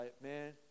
man